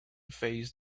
face